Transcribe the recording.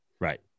Right